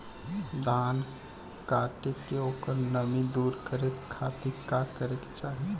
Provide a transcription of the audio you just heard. धान कांटेके ओकर नमी दूर करे खाती का करे के चाही?